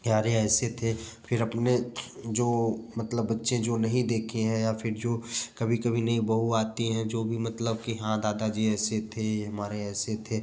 अरे ऐसे थे फिर अपने जो मतलब बच्चे जो नहीं देखे हैं या फिर जो कभी कभी नई बहु आती है जो भी मतलब की हाँ दादा जी ऐसे थे ये हमारे ऐसे थे